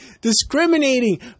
discriminating